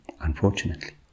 unfortunately